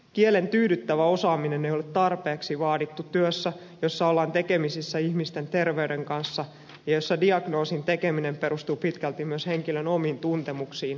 kielen tyydyttävä osaaminen ei ole tarpeeksi vaadittu työssä jossa ollaan tekemisissä ihmisten terveyden kanssa ja jossa diagnoosin tekeminen perustuu pitkälti myös henkilön omiin tuntemuksiin ja kertomaan